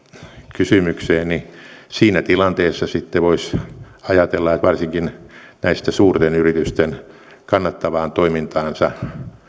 kysymykseen niin siinä tilanteessa sitten voisi ajatella että varsinkin näistä suurten yritysten kannattavaan toimintaansa